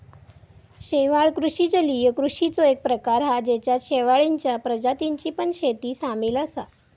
शेवाळ कृषि जलीय कृषिचो एक प्रकार हा जेच्यात शेवाळींच्या प्रजातींची पण शेती सामील असा